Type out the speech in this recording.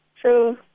True